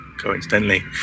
coincidentally